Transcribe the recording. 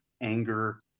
anger